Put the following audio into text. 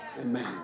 amen